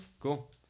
cool